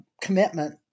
commitment